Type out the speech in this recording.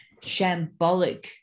shambolic